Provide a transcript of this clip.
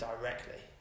directly